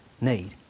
need